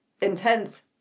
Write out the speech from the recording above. intense